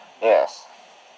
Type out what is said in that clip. Yes